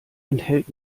enthält